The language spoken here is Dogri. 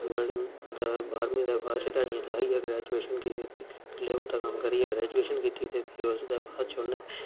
बड़ी मैह्नत बाह्रमीं दे बाद च ध्याड़ियां लाइयै ग्रैजुेशन कीती लेबर दा कम्म करियै ग्रैजुेशन ते फ्ही उस दे बाद उ'न्न